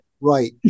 right